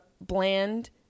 Bland